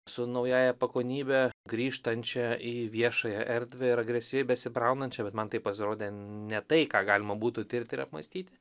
su naująja pagonybe grįžtančia į viešąją erdvę ir agresyviai besibraunančia bet man tai pasirodė ne tai ką galima būtų tirti ir apmąstyti